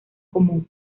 común